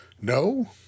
No